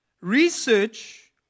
Research